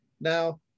Now